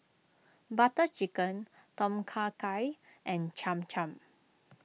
Butter Chicken Tom Kha Gai and Cham Cham